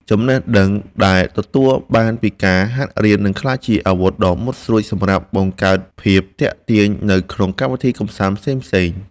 ចំណេះដឹងដែលទទួលបានពីការហាត់រៀននឹងក្លាយជាអាវុធដ៏មុតស្រួចសម្រាប់បង្កើតភាពទាក់ទាញនៅក្នុងកម្មវិធីកម្សាន្តផ្សេងៗ។